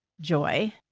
joy